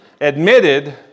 admitted